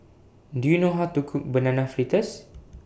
Do YOU know How to Cook Banana Fritters